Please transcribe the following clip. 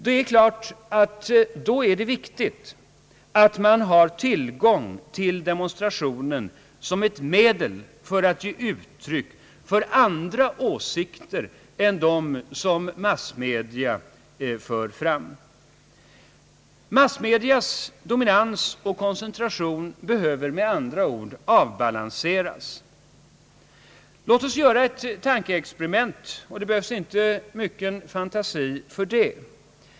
Det är klart att det då är viktigt att man har tillgång till demonstrationen som ett medel för att ge uttryck åt andra åsikter än dem som massmedia för fram. Massmedias dominans och koncentration behöver med andra ord avbalanseras. Låt oss göra ett tankeexperiment — och det behövs inte mycket fantasi för det.